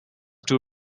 two